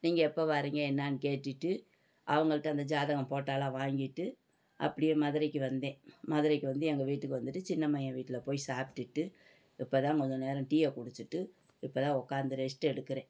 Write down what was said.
நீங்கள் எப்போ வரீங்க என்னென்னு கேட்டுவிட்டு அவங்கள்ட்ட அந்த ஜாதகம் போட்டாவெலாம் வாங்கிட்டு அப்படியே மதுரைக்கு வந்தேன் மதுரைக்கு வந்து எங்கள் வீட்டுக்கு வந்துட்டு சின்ன மகன் வீட்டில் போய் சாப்பிட்டுட்டு இப்போ தான் கொஞ்சம் நேரம் டீயை குடிச்சுட்டு இப்போ தான் உட்காந்து ரெஸ்ட் எடுக்கிறேன்